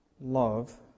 Love